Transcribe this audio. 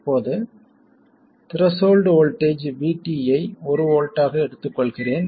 இப்போது threshold voltage VT ஐ 1 வோல்ட்டாக எடுத்துக்கொள்கிறேன்